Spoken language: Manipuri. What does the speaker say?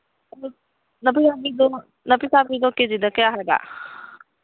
ꯅꯥꯄꯤꯆꯥꯕꯤꯗꯣ ꯅꯥꯄꯤꯆꯥꯕꯤꯗꯣ ꯀꯦ ꯖꯤꯗ ꯀꯌꯥ ꯍꯥꯏꯕ